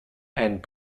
and